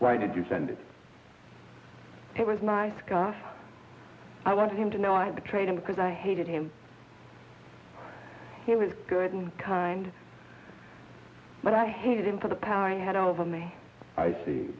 why did you send it was nice because i wanted him to know i betrayed him because i hated him he was good and kind but i hated him for the power i had over me i see